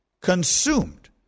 consumed